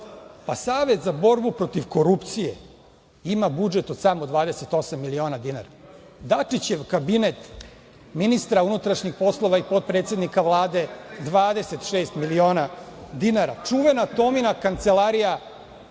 đaka. Savet za borbu protiv korupcije ima budžet od samo 28 miliona dinara. Dačićev kabinet, ministra unutrašnjih poslova i potpredsednika Vlade 26 miliona dinara, čuvena Tomina kancelarija